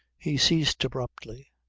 he ceased abruptly,